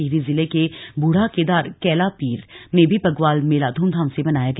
टिहरी जिले के बूढ़ा केदार कैला पीर में भी बग्वाल मेला धूमधाम से मनाया गया